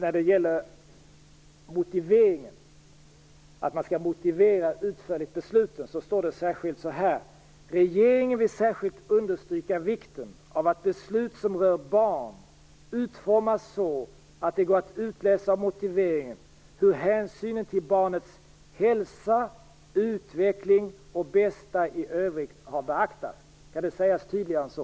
Beträffande motiveringen, att man utförligt skall motivera besluten, står det så här i propositionen: "Regeringen vill särskilt understryka vikten av att beslut som rör barn utformas så att det går att utläsa av motiveringen hur hänsynen till barnets hälsa, utveckling och bästa i övrigt har beaktats." Kan det sägas tydligare än så?